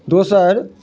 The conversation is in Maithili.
दोसर